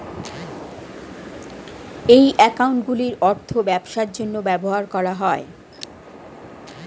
এই অ্যাকাউন্টগুলির অর্থ ব্যবসার জন্য ব্যবহার করা হয়